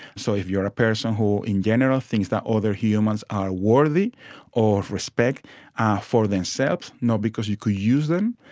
so if you are a person who in general thinks that other humans are worthy of respect ah for themselves, not because you can use them,